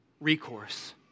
recourse